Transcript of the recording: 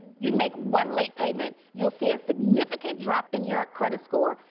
you make one late payment, you'll see a significant drop in your credit score,